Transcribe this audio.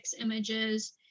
images